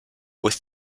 with